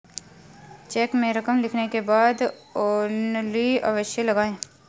check में रकम लिखने के बाद ओन्ली अवश्य लगाएँ